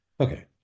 Okay